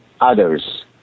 others